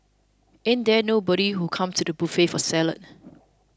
ain't there nobody who came to the buffet for salad